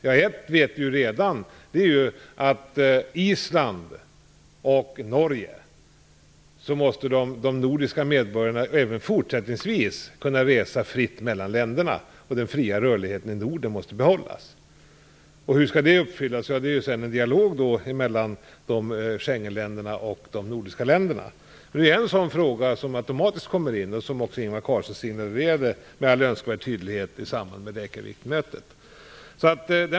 Ett villkor vet vi redan: När det gäller Island och Norge måste de nordiska medborgarna även fortsättningsvis kunna få resa fritt mellan länderna. Den fria rörligheten i Norden måste behållas. Hur skall det uppfyllas? Ja, det blir en dialog mellan Schengenländerna och de nordiska länderna. Det är en fråga som automatiskt kommer in och som Ingvar Carlsson signalerade med all önskvärd tydlighet i samband med Reykjavikmötet.